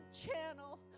channel